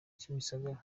kimisagara